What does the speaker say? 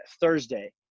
Thursday